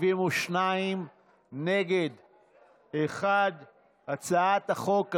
מיכל וולדיגר, לאחר שעשינו בחודשים האחרונים